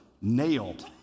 nailed